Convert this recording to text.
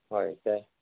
होय काय